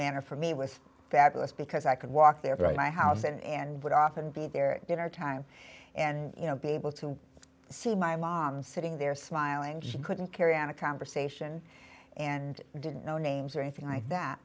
manner for me was fabulous because i could walk there right my house and would often be there in our time and you know be able to see my mom sitting there smiling she couldn't carry on a conversation and didn't know names or anything like that